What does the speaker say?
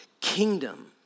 kingdom